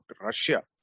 Russia